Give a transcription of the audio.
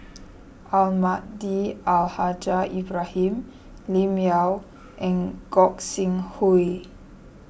Almahdi Al Haj Ibrahim Lim Yau and Gog Sing Hooi